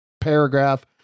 paragraph